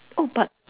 oh but